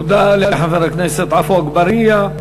תודה לחבר הכנסת עפו אגבאריה.